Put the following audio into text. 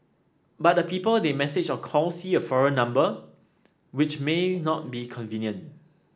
but the people they message or call see a foreign number which may not be convenient